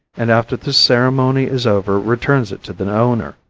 and after the ceremony is over returns it to the owner.